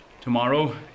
Tomorrow